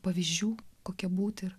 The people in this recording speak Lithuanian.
pavyzdžių kokia būti ir